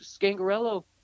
Scangarello